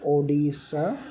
Odisha